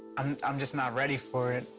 um i'm just not ready for it.